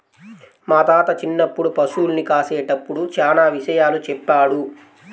మా తాత చిన్నప్పుడు పశుల్ని కాసేటప్పుడు చానా విషయాలు చెప్పాడు